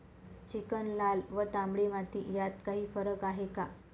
Chicken, लाल व तांबडी माती यात काही फरक आहे का?